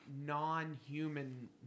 non-human